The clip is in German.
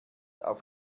auf